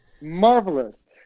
Marvelous